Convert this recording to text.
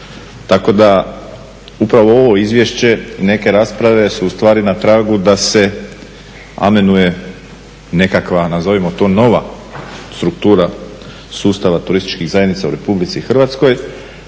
Tako da upravo ovo izvješće, neke rasprave su ustvari na tragu da se amenuje nekakva, nazovimo to nova struktura sustava turističkih zajednica u RH, a